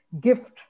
gift